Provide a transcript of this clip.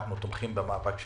אנחנו תומכים במאבק שלכם.